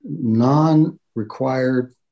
non-required